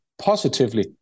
positively